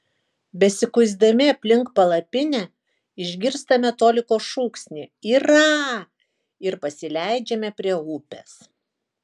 besikuisdami aplink palapinę išgirstame toliko šūksnį yra ir pasileidžiame prie upės